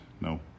No